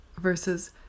versus